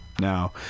now